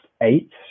eight